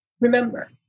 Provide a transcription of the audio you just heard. Remember